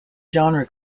genre